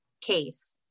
case